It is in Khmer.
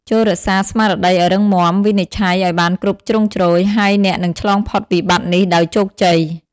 ចូររក្សាស្មារតីឱ្យរឹងមាំ វិនិច្ឆ័យឱ្យបានគ្រប់ជ្រុងជ្រោយ ហើយអ្នកនឹងឆ្លងផុតវិបត្តិនេះដោយជោគជ័យ។